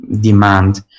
demand